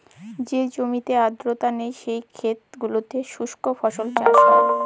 যে জমিতে আর্দ্রতা নেই, সেই ক্ষেত গুলোতে শুস্ক ফসল চাষ হয়